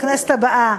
בכנסת הבאה.